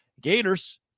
Gators